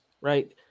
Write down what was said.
right